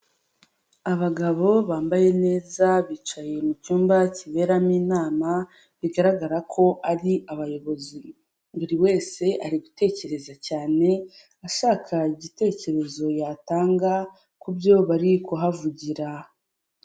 Abagabo bambaye neza bicaye mu cyumba kiberamo inama bigaragara ko ari abayobozi, buri wese ari gutekereza cyane ashaka igitekerezo yatanga ku byo bari kuhavugira.